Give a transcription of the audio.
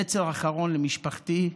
נצר אחרון למשפחתי,